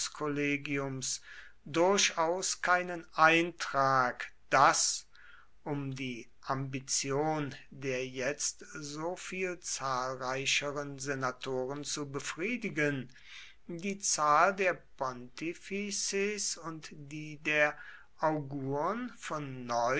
durchaus keinen eintrag daß um die ambition der jetzt so viel zahlreicheren senatoren zu befriedigen die zahl der pontifices und die der augurn von